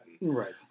Right